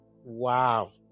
Wow